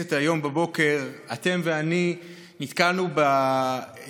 לכנסת היום בבוקר אתם ואני נתקלנו במחאה